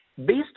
based